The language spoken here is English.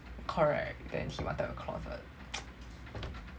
correct then he wanted a closet